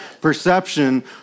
perception